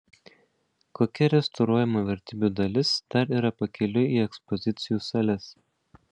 kokia restauruojamų vertybių dalis dar yra pakeliui į ekspozicijų sales